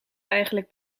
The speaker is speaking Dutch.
eigenlijk